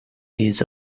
his